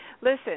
listen